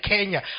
Kenya